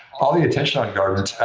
all the attention on guardant.